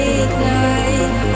ignite